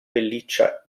pelliccia